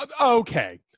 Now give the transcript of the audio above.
Okay